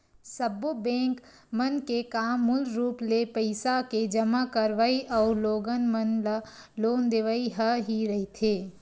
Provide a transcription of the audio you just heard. सब्बो बेंक मन के काम मूल रुप ले पइसा के जमा करवई अउ लोगन मन ल लोन देवई ह ही रहिथे